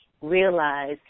realize